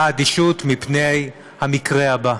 האדישות כלפי המקרה הבא.